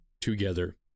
together